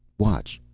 watch.